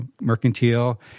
mercantile